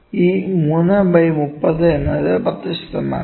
ഈ 3 ബൈ 30 എന്നത് 10 ശതമാനമാണ്